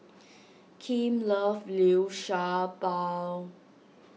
Kim loves Liu Sha Bao